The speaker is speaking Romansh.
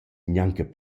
gnanca